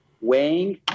weighing